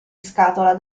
scatola